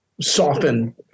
soften